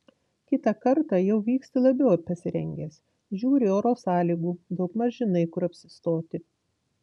kitą kartą jau vyksti labiau pasirengęs žiūri oro sąlygų daugmaž žinai kur apsistoti